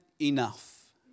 enough